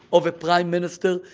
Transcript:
of a prime minister,